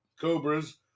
Cobras